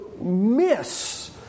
miss